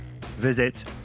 visit